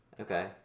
Okay